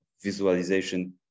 visualization